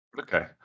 Okay